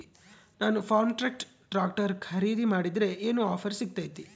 ನಾನು Farmtrac tractor ಖರೇದಿ ಮಾಡಿದ್ರೆ ಏನು ಆಫರ್ ಸಿಗ್ತೈತಿ?